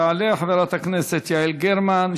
תעלה חברת הכנסת יעל גרמן.